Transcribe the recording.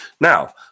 Now